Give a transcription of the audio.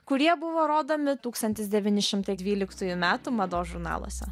kurie buvo rodomi tūkstantis devyni šimtai dvyliktųjų metų mados žurnaluose